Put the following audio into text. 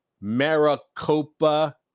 Maricopa